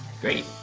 Great